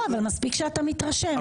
לא, אבל מספיק שאתה מתרשם, ינון.